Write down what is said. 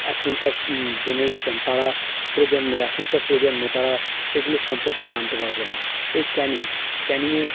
এখনকার জেনারেশান তারা প্রজন্ম এখনকার প্রজন্ম তারা সেগুলো সম্পর্কে জানতে পারবে না এই ক্যানিং ক্যানিংয়ের